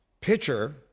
Pitcher